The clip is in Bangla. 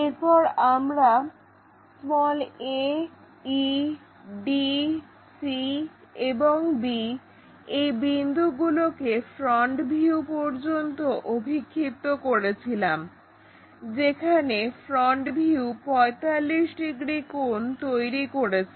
এরপর আমরা a e d c এবং b এই বিন্দুগুলোকে ফ্রন্ট ভিউ পর্যন্ত অভিক্ষিপ্ত করেছিলাম যেখানে ফ্রন্ট ভিউ 45 ডিগ্রি কোণ তৈরি করেছে